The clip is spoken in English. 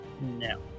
no